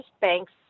banks